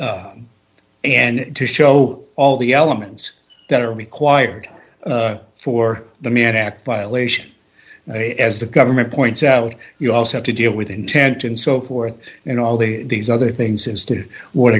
and to show all the elements that are required for the mann act violation as the government points out you also have to deal with intent and so forth and all these other things as to what